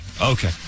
Okay